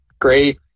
great